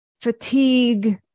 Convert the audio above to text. fatigue